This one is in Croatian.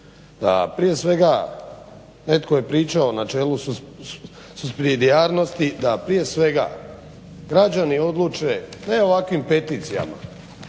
se. Prije svega netko je pričao o načelu supsidijarnosti da prije svega građani odluče, da je ovakvim peticijama